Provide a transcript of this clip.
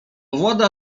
włada